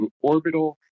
orbital